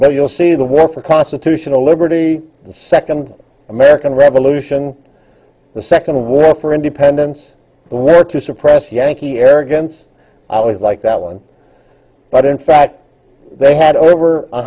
well you'll see the war for constitutional liberty the second american revolution the second were for independence were to suppress yankee arrogance i always like that one but in fact they had over